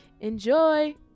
Enjoy